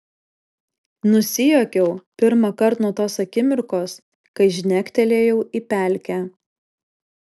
nusijuokiau pirmąkart nuo tos akimirkos kai žnektelėjau į pelkę